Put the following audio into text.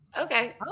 okay